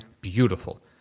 beautiful